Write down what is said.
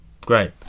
Great